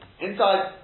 inside